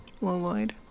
Lloyd